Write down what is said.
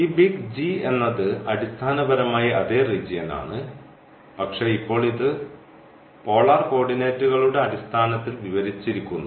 ഈ എന്നത് അടിസ്ഥാനപരമായി അതേ റീജിയൻ ആണ് പക്ഷേ ഇപ്പോൾ ഇത് പോളാർ കോർഡിനേറ്റുകളുടെ അടിസ്ഥാനത്തിൽ വിവരിച്ചിരിക്കുന്നു